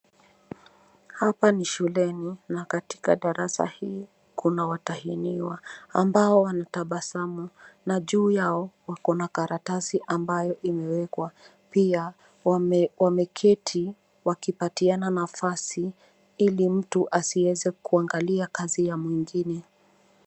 Hapa ni shuleni na katika darsa hii kuna watahiniwa ambao wanatabasamu na juu yao kuko na karatasi ambayo inawekwa, pia wameketi wakipatiana nafasi ili mtu asiweze kuangalia kazi ya mwingine.